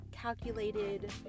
Calculated